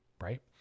right